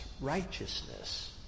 righteousness